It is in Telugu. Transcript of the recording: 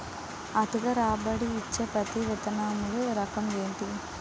అధిక రాబడి ఇచ్చే పత్తి విత్తనములు రకం ఏంటి?